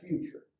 future